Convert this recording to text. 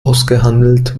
ausgehandelt